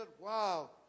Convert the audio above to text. wow